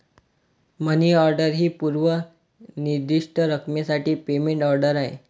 मनी order ही पूर्व निर्दिष्ट रकमेसाठी पेमेंट ऑर्डर आहे